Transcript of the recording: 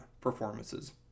performances